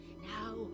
Now